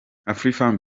afrifame